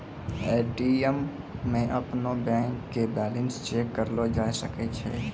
ATM मे अपनो bank के बैलेंस चेक करलो जाय सकै छै